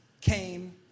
came